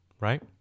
right